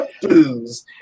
booze